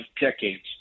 decades